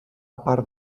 part